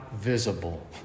visible